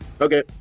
Okay